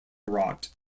wrought